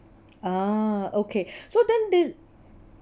ah okay so then thi~